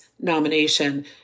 nomination